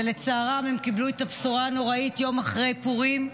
ולצערם הם קיבלו את הבשורה הנוראית יום אחרי פורים.